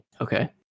Okay